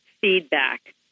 feedback